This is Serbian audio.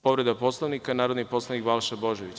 Povreda Poslovnika, narodni poslanik Balša Božović.